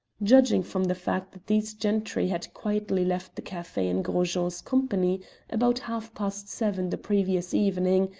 judging from the fact that these gentry had quietly left the cafe in gros jean's company about half-past seven the previous evening,